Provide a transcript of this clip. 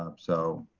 um so